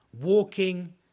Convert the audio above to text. walking